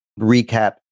recap